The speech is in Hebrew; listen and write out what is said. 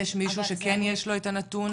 יש מישהו שיש לו את הנתון,